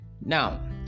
Now